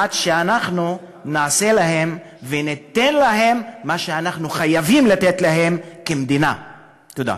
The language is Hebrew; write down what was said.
עד שאנחנו נעשה להם וניתן להם מה שאנחנו חייבים לתת להם כמדינה.) תודה.